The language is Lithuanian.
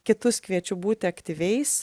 kitus kviečiu būti aktyviais